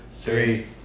three